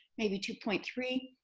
maybe two point three,